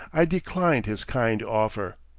i declined his kind offer.